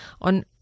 on